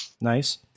Nice